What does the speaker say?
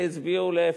אלא הצביעו להיפך.